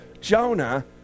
Jonah